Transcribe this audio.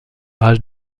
rage